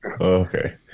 Okay